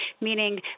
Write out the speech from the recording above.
meaning